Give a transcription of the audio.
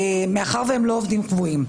מאחר והם לא עובדים קבועים,